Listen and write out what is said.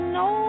no